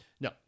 No